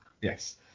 Yes